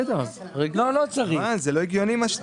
ערן, זה לא הגיוני.